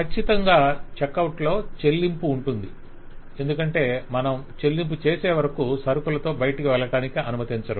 ఖచ్చితంగా check out లో చెల్లింపు ఉంటుంది ఎందుకంటే మనం చెల్లింపు చేసే వరకు సరుకులతో బయటకు వెళ్లడానికి అనుమతించరు